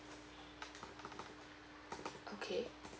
okay